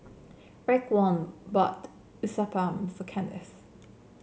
Raekwon bought Uthapam for Kennth